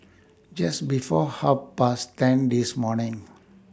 Just before Half Past ten This morning